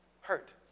Hurt